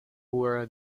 cura